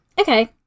Okay